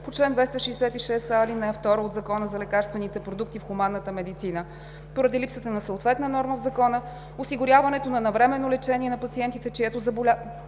по чл. 266а, ал. 2 от Закона за лекарствените продукти в хуманната медицина. Поради липсата на съответна норма в Закона, осигуряването на навременно лечение на пациенти, чиито заболявания